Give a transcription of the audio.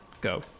go